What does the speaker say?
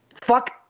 Fuck